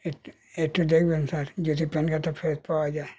একটু একটু দেখবেন স্যার যদি প্যান কার্ডটা ফেরত পাওয়া যায়